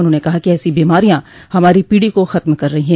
उन्होंने कहा कि ऐसी बीमारियां हमारी पीढ़ी को खत्म कर रही हैं